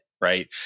Right